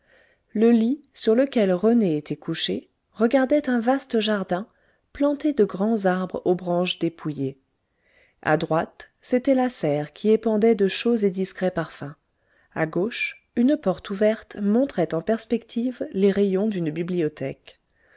le lit sur lequel rené était couché regardait un vaste jardin planté de grands arbres aux branches dépouillées a droite c'était la serre qui épandait de chauds et discrets parfums à gauche une porte ouverte montrait en perspective les rayons d'une bibliothèque